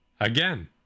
again